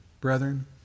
brethren